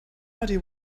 idea